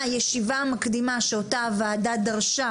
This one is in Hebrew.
הישיבה המקדימה שאותה הוועדה דרשה,